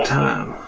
time